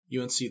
UNC